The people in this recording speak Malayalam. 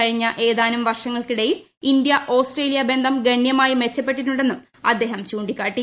കഴിഞ്ഞ ഏതാനും വർഷങ്ങൾക്കിടയിൽ ഇന്ത്യ ഓസ്ട്രേലിയ ബന്ധം ഗണ്യമായി മെച്ചപ്പെട്ടിട്ടുണ്ടെന്നും അദ്ദേഹം ചൂണ്ടിക്കാട്ടി